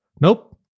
Nope